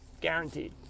guaranteed